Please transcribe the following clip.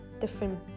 different